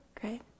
great